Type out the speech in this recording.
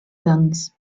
guns